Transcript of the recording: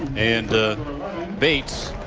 and bates